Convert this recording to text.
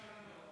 בבקשה.